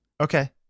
okay